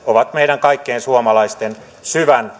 ovat meidän kaikkien suomalaisten syvän